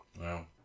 Wow